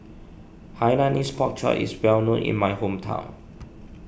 Hainanese Pork Chop is well known in my hometown